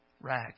rag